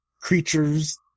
creatures